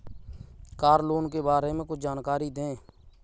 Car loan के बारे में कुछ जानकारी दें?